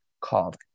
called